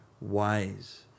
wise